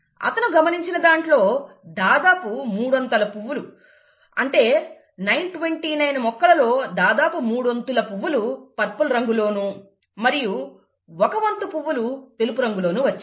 అతను గమనించిన దాంట్లో దాదాపుగా మూడొంతుల పువ్వులు అంటే 929 మొక్కలలో దాదాపు మూడొంతుల పువ్వులు పర్పుల్ రంగులోనూ మరియు ఒక వంతు పువ్వులు తెలుపు రంగులోనూ వచ్చాయి